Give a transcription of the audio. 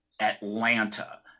atlanta